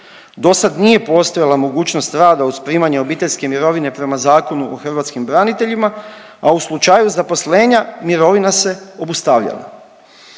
Do sad nije postojala mogućnost rada uz primanje obiteljske mirovine prema Zakonu o hrvatskim braniteljima, a u slučaju zaposlenja mirovina se obustavljala.